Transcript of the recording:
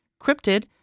cryptid